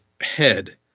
head